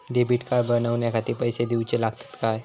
Debit card बनवण्याखाती पैसे दिऊचे लागतात काय?